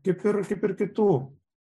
kaip ir kaip ir kitų